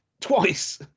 twice